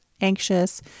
anxious